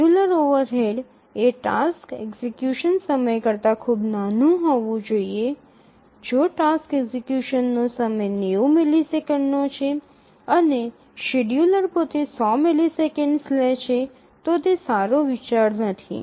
scheduler overhead એ task execution સમય કરતા ખૂબ નાનું હોવું જોઈએ જો ટાસ્ક એક્ઝિકયુશનનો સમય ૯0 મિલિસેકન્ડનો છે અને શેડ્યૂલર પોતે ૧00 મિલિસેકન્ડ લે છે તો તે સારો વિચાર નથી